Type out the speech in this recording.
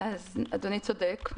אדוני צודק.